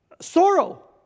sorrow